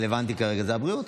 הרלוונטי כרגע זה הבריאות.